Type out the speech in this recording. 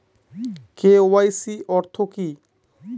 KYC অর্থ কি?